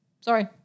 Sorry